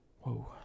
Whoa